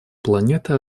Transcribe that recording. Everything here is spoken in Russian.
планеты